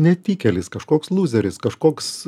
netikėlis kažkoks lūzeris kažkoks